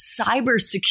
Cybersecurity